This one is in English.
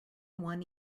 one